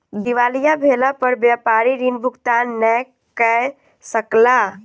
दिवालिया भेला पर व्यापारी ऋण भुगतान नै कय सकला